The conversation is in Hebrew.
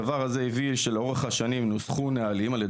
הדבר הזה הביא שלאורך השנים נוסחו נהלים ע"י